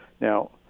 Now